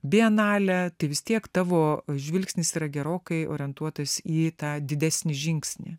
bienalę tai vis tiek tavo žvilgsnis yra gerokai orientuotas į tą didesnį žingsnį